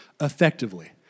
effectively